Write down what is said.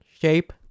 shape